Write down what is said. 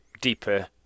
deeper